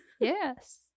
yes